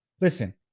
Listen